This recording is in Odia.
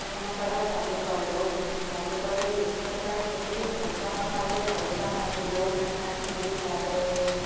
ଭାତ ହେଲା ପରେ ଡାଲି କଲୁ ଡାଲି ପରେ ମିକଶ୍ଚର ପାଇଁ ଯେତିକି ପରିବା କଟା ହୁଏ ପରିବା କାଟିଲୁ କାଟିଲି ତାପରେ